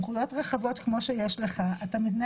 ממכסה של שלושה מהליכוד למסכה של שניים מהליכוד,